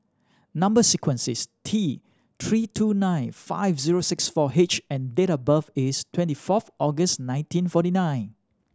number sequence is T Three two nine five zero six four H and date of birth is twenty fourth August nineteen forty nine